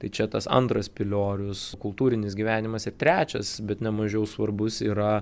tai čia tas antras piliorius kultūrinis gyvenimas ir trečias bet nemažiau svarbus yra